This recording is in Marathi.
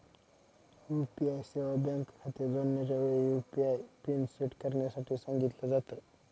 यू.पी.आय सेवा बँक खाते जोडण्याच्या वेळी, यु.पी.आय पिन सेट करण्यासाठी सांगितल जात